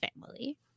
family